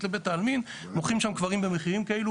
לבית העלמין מוכרים קברים במחירים כאלו,